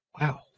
Wow